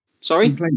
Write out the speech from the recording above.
Sorry